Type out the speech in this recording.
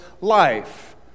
life